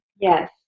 Yes